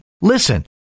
Listen